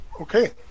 Okay